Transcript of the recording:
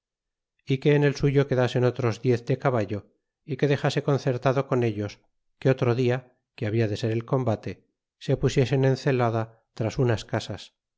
y que en el suyo que dasen otros diez de caballo y que dexase concertado con ellos que otro dia que baba de ser el combate se pusiesen en ces lada tras unas casas